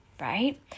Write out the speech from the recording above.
right